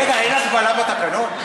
רגע, אין הגבלה בתקנון?